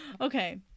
Okay